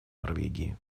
норвегии